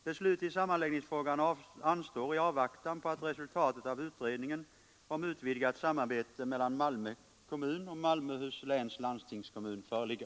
Beslut i sammanläggningsfrågan anstår i avvaktan på att resultatet av utredningen om utvidgat samarbete mellan Malmö kommun och Malmöhus läns landstingskommun föreligger.